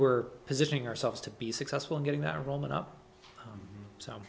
we're positioning ourselves to be successful in getting that roman up